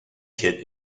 kit